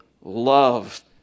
love